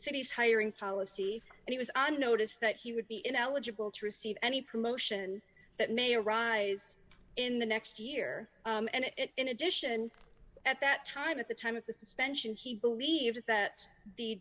city's hiring policy and he was on notice that he would be ineligible to receive any promotion that may arise in the next year and in addition at that time at the time of the suspension he believed that the